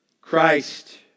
Christ